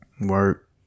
Work